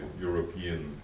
European